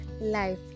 life